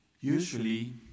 Usually